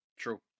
True